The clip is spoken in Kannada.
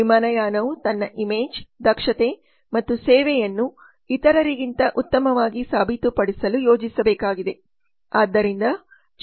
ವಿಮಾನಯಾನವು ತನ್ನ ಇಮೇಜ್ ದಕ್ಷತೆ ಮತ್ತು ಸೇವೆಯನ್ನು ಇತರರಿಗಿಂತ ಉತ್ತಮವಾಗಿ ಸಾಬೀತುಪಡಿಸಲು ಯೋಜಿಸಬೇಕಾಗಿದೆ